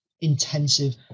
intensive